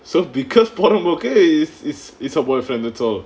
so bigger purambokku it's it's her boyfriend that's all